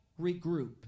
regroup